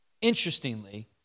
interestingly